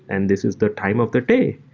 and this is the time of their day.